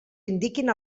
indiquin